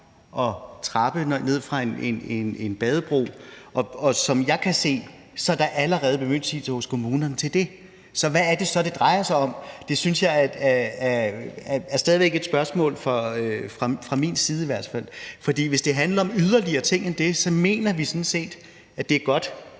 en trappe ned fra en badebro. Og som jeg kan se det, er der allerede bemyndigelse hos kommunerne til det. Så hvad er det så, det drejer sig om? Det er stadig væk et spørgsmål fra min side. Hvis det handler om yderligere ting end det, mener vi sådan set, det er godt,